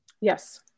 Yes